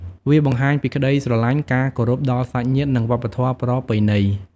វាបង្ហាញពីក្តីស្រឡាញ់ ការគោរពដល់សាច់ញាតិ និងវប្បធម៌ប្រពៃណី។